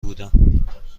بودم